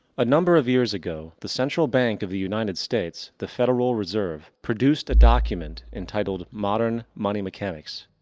a number of years ago, the central bank of the united states, the federal reserve, produced a document entitled modern money mechanics.